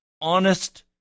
honest